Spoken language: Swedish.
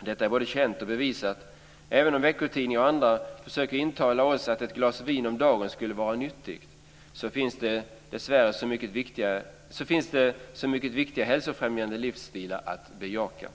Detta är både känt och bevisat. Även om veckotidningar och andra försöker intala oss att ett glas vin om dagen skulle vara nyttigt finns det så mycket viktigare hälsofrämjande livsstilar att bejaka.